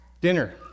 dinner